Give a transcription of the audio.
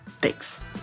Thanks